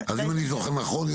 אז אם אני זוכר נכון,